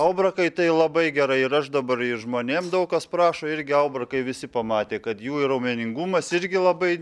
aubrakai tai labai gerai ir aš dabar i žmonėm daug kas prašo irgi aubrakai visi pamatė kad jų ir raumeningumas irgi labai